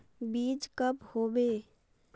बीज कब होबे?